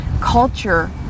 culture